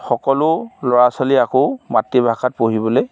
সকলো ল'ৰা ছোৱালীয়ে আকৌ মাতৃভাষাত পঢ়িবলৈ